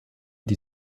die